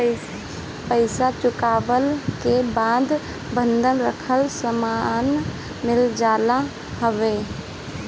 पईसा चुकवला के बाद बंधक रखल सामान मिल जात हवे